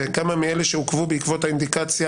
וכמה מתוך אלו שעוכבו בעקבות האינדיקציה